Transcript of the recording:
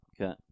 Okay